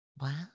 Wow